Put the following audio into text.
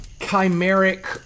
chimeric